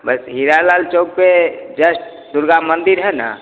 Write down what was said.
बस हीरालाल चौक पर ज़स्ट दुर्गा मन्दिर है ना